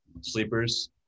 sleepers